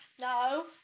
no